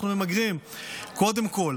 אנחנו ממגרים קודם כול